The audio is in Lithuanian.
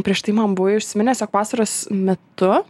prieš tai man buvai užsiminęs jog vasaros metu